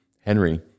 Henry